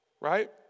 right